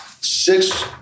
six